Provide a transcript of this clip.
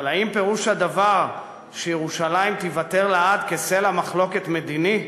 אבל האם פירוש הדבר שירושלים תיוותר לעד סלע מחלוקת מדיני?